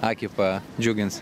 akį padžiugins